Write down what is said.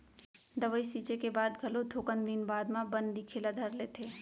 दवई छींचे के बाद घलो थोकन दिन बाद म बन दिखे ल धर लेथे